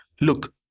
look